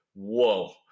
whoa